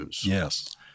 Yes